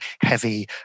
heavy